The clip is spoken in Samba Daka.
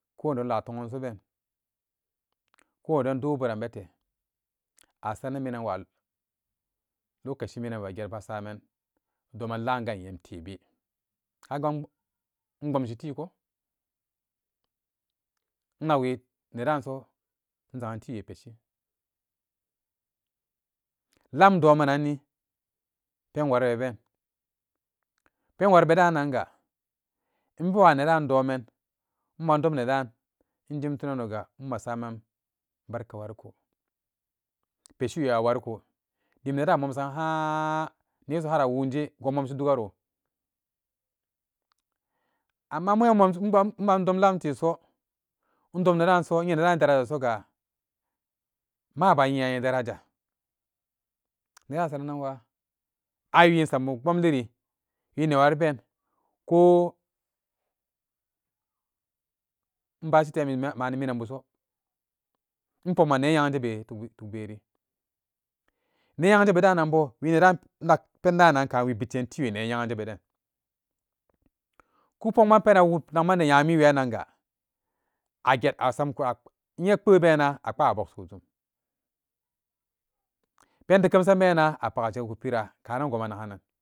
Ko nedon la toganso been ko nedon dopberan bete asanan minanwa lokaci minan be gebasaman doman lam ganyem tebe agan inbomshi tii ko innakwe nedan so inzagan tiwe peshi lamdomananni pen waari be been penwari be daananga inbewanedan domen inmandom nedan injim tunanoga masaman barka wariko peshi we a wariko dim nedan amomsan haan negso har'awunje gon momshi dugaro amma moran inmomshi inba-inbandom lamteso indomnedanso inye nedan daraja soga maa ban nyinani daraja nedan asara nanwa aiwii insammo bomini wii newari ben ko inbashi temmi mani minanbuso inpokman nee nyeganjebe tu-tukberi ne nyeganjebe dananbo wi nedan innakpendankanwi bishashin tiwe ne nyegan jebedan ku pukman penan wu nakmani nyamiwe ranga a gek'asamku ap inye pee bena a paa a bakshikujum pen tikemsan bena apak ajegiku pira karan gonmanaga nan.